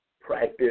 practice